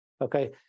Okay